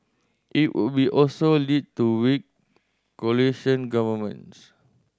it would be also lead to weak coalition governments